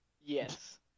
Yes